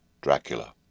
Dracula